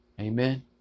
amen